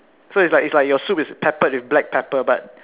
so its like its like your soup is peppered with black pepper but